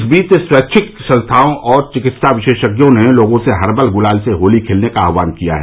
इस बीच स्वैच्छिक संस्थाओं और चिकित्सा विशेषज्ञों ने लोगों से हर्बल गुलाल से होली खेलने का आहवान किया है